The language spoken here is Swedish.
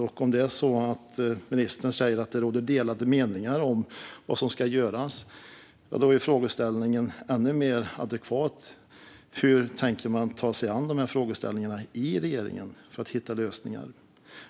Och om ministern säger att det råder delade meningar om vad som ska göras är frågeställningen ännu mer adekvat: Hur tänker man ta sig an dessa frågor i regeringen för att hitta lösningar?